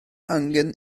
angen